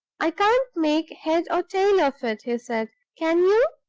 i can't make head or tail of it, he said, can you?